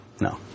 no